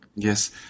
Yes